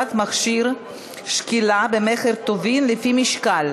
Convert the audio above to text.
עידוד השקעות זרות בישראל),